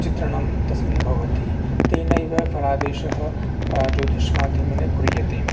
चित्रणं तस्मिन् भवति तेनैव फलादेशः ज्योतिषमाध्यमेन क्रियते